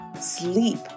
Sleep